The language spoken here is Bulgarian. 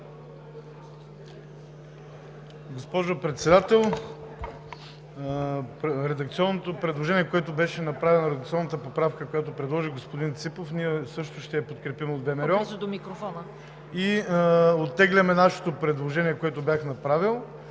Госпожо Председател, редакционното предложение, което беше направено, редакционната поправка, която предложи господин Ципов, ние също ще я подкрепим – от ВМРО, и оттегляме нашето предложение, което бях направил,